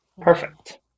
Perfect